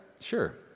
Sure